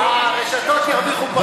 הרשתות ירוויחו פחות,